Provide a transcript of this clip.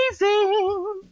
Amazing